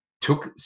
took